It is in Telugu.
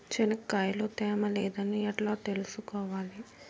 చెనక్కాయ లో తేమ లేదని ఎట్లా తెలుసుకోవాలి?